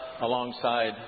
alongside